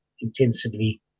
intensively